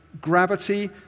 gravity